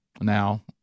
now